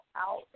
out